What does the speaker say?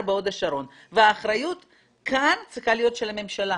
בהוד השרון והאחריות כאן צריכה להיות של הממשלה.